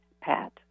Pat